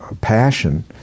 passion